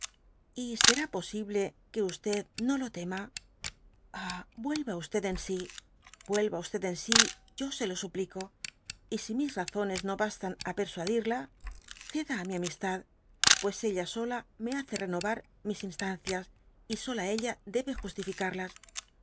y será posible que no lo tema í ah vuelva en sí vuelva en sí yo se lo suplico y si mis razones no bastan á persuadirla ceda á mi amistad pues ella sola me hace renovar mis instancias y sola ella debe justificarlas